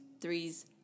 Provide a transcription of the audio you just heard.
threes